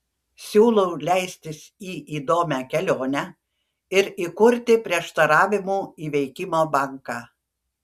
siūlau leistis į įdomią kelionę ir įkurti prieštaravimų įveikimo banką